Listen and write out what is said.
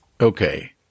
Okay